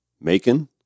Macon